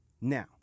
Now